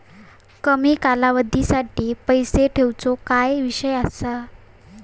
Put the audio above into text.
कमी कालावधीसाठी पैसे ठेऊचो काय विषय असा?